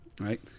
right